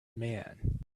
man